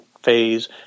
Phase